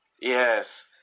Yes